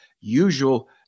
usual